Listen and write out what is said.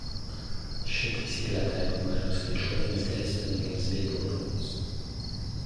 ši taisyklė taikoma ir apskaičiuotiems delspinigiams bei baudoms